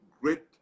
great